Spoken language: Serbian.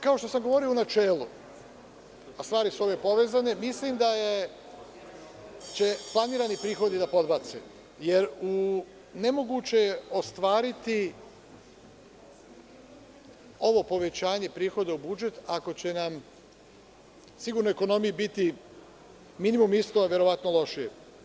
Kao što sam govorio u načelu, a ove stvari su povezane, mislim da će planirani prihodi da podbace, jer ne moguće je ostvariti ovo povećanje prihoda u budžet, ako će sigurno u ekonomiji biti minimum isto ili lošije.